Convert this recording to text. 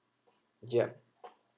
yup